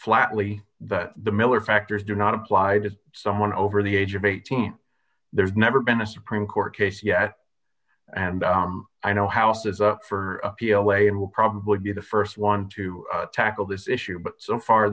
flatly that the miller factors do not apply to someone over the age of eighteen there's never been a supreme court case yet and i know house is up for p l a and will probably be the st one to tackle this issue but so far